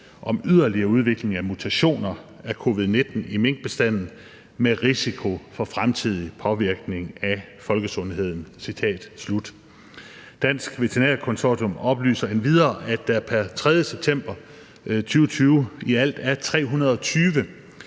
om yderligere udvikling af mutationer af covid-19 i minkbestanden med risiko for fremtidig påvirkning af folkesundheden. Citat slut. Dansk Veterinær Konsortium oplyser endvidere, at der pr. 3. september 2020 i alt er 320